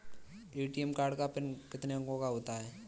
ATM card का PIN कितने अंकों का होता है?